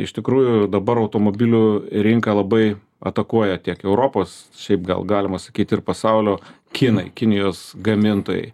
iš tikrųjų dabar automobilių rinką labai atakuoja tiek europos šiaip gal galima sakyti ir pasaulio kinai kinijos gamintojai